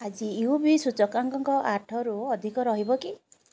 ଆଜି U V ସୂଚକାଙ୍କ ଆଠରୁ ଅଧିକ ରହିବ କି